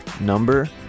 number